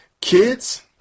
Kids